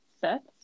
Sets